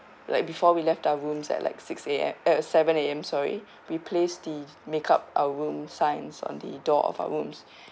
like before we left our rooms at like six A_M uh seven A_M sorry we placed the makeup our room signs on the door of our rooms